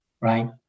right